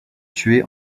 tués